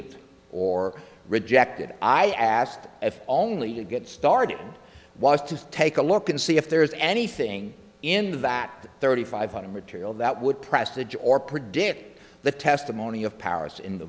d or rejected i asked if only to get started was to take a look and see if there is anything in that thirty five hundred material that would prestigious or predict the testimony of powers in the